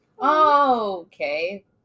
Okay